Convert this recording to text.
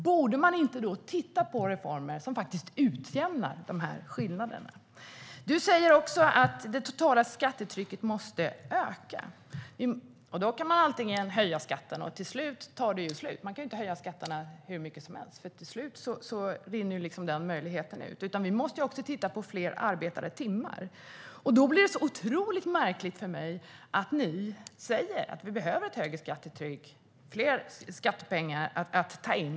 Borde man då inte titta på reformer som utjämnar de här skillnaderna? Daniel Sestrajcic säger att det totala skattetrycket måste öka. Visst kan man höja skatten, men till slut tar det slut. Man kan inte höja skatterna hur mycket som helst. Till slut rinner den möjligheten ut. Det vi också behöver titta på är hur vi får fler arbetade timmar. Då blir det otroligt märkligt för mig att ni säger att vi behöver ett högre skattetryck och fler skattepengar att ta in.